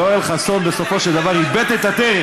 יואל חסון בסופו של דבר איבד את הדרך.